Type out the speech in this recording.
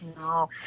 No